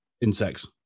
insects